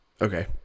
Okay